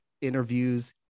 interviews